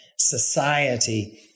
society